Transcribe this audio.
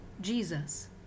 Jesus